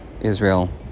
Israel